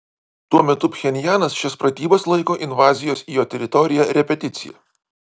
tuo metu pchenjanas šias pratybas laiko invazijos į jo teritoriją repeticija